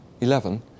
Eleven